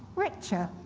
richer.